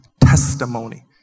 testimony